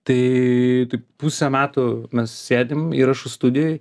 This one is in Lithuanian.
tai tai pusę metų mes sėdim įrašų studijoj